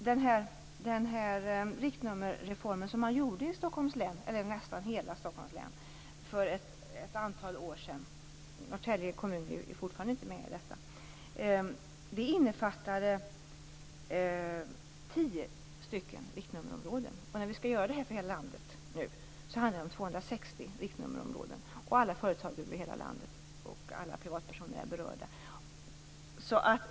Den riktnummerreform som genomfördes i nästan hela Stockholms län för ett antal år sedan - Norrtälje kommun är fortfarande inte med i detta - innefattade tio riktnummerområden. När vi skall göra detta för hela landet handlar det om 260 riktnummerområden. Alla företag och privatpersoner i hela landet är berörda.